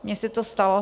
Mně se to stalo.